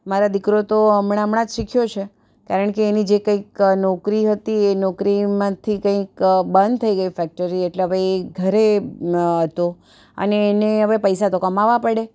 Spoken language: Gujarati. મારો દીકરો તો હમણાં હમણાં જ શીખ્યો છે કારણ કે એની જે કંઈક નોકરી હતી એ નોકરીમાંથી કંઈક બંધ થઈ ગઈ ફેક્ટરી એટલે હવે એ ઘરે હતો અને હવે એને પૈસા તો કમાવવા પડે